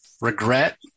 regret